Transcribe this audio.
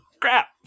Crap